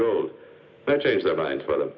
go then change their mind for them